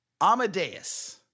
amadeus